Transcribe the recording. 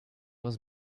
was